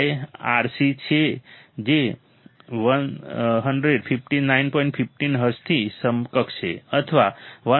15 હર્ટ્ઝની સમકક્ષ છે અથવા 159